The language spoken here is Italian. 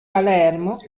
palermo